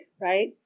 right